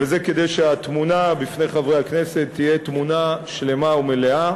וזה כדי שהתמונה בפני חברי הכנסת תהיה תמונה שלמה ומלאה: